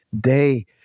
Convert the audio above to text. day